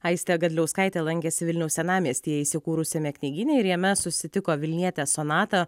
aistė gadliauskaitė lankėsi vilniaus senamiestyje įsikūrusiame knygyne ir jame susitiko vilnietę sonatą